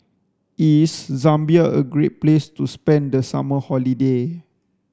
is Zambia a great place to spend the summer holiday